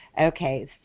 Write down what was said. Okay